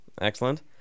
Excellent